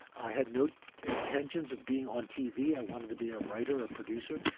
i had no intentions of being on tv. i wanted to be a writer or producer.